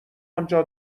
انجا